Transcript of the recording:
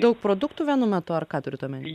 daug produktų vienu metu ar ką turit omeny